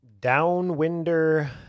Downwinder